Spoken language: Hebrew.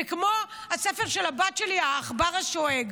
זה כמו הספר של הבת שלי "העכבר ששאג".